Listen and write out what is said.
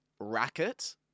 Racket